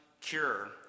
cure